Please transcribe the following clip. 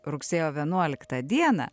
rugsėjo vienuoliktą dieną